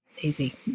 Easy